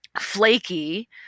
flaky